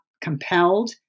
compelled